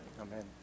Amen